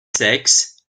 sexe